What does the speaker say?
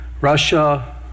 Russia